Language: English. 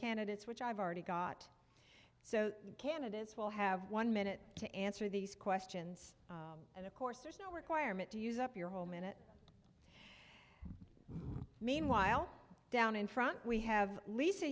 candidates which i've already got so the candidates will have one minute to answer these questions and of course there's no requirement to use up your whole minute meanwhile down in front we have lisa